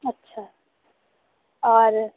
اچھا اور